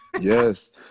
Yes